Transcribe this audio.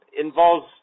involves